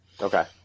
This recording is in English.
Okay